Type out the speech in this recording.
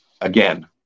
again